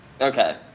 Okay